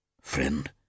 Friend